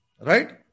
right